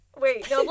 Wait